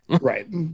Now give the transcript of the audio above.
right